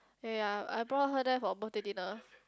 ya ya I brought her there for birthday dinner